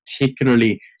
particularly